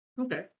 okay